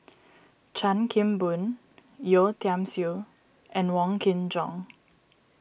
Chan Kim Boon Yeo Tiam Siew and Wong Kin Jong